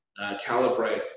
calibrate